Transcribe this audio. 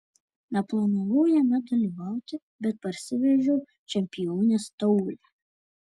neplanavau jame dalyvauti bet parsivežiau čempionės taurę